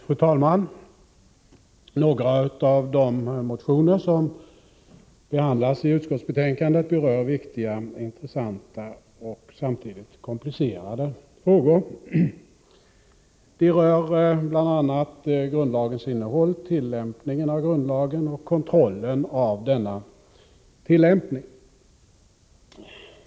Fru talman! Några av de motioner som behandlas i utskottsbetänkandet berör viktiga, intressanta och samtidigt komplicerade frågor. De rör bl.a. grundlagens innehåll, tillämpningen av grundlagen och kontrollen av denna tillämpning.